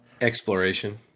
Exploration